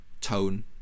tone